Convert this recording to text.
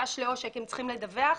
לא ברור מה ייצא מתיקוני החקיקה הללו,